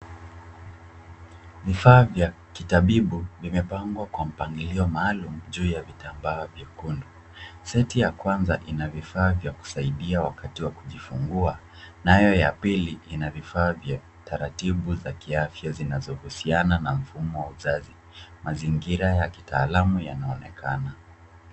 Vifaa vya kitabibu vimepangwa kwa mpangilio maalum juu ya vitambaa vyekundu, seti ya kwanza ina vifaa vya kusaidia wakati wa kuifungua nayo ya pili ina vifaa vya taratibu za kiafya zinazohusiana na mfumo wa uzazi. Mazingira ya kutaalamu yanaonekana.